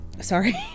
Sorry